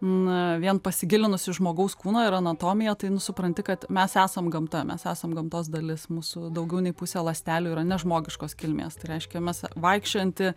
na vien pasigilinus į žmogaus kūną ir anatomiją tai nu supranti kad mes esam gamta mes esam gamtos dalis mūsų daugiau nei pusė ląstelių yra ne žmogiškos kilmės tai reiškia mes vaikščiojanti